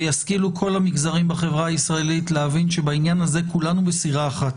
וישכילו כל המגזרים בחברה הישראלית להבין שבעניין הזה כולנו בסירה אחת.